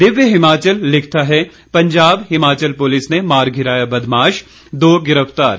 दिव्य हिमाचल लिखता है पंजाब हिमाचल पुलिस ने मार गिराया बदमाश दो गिरफ्तार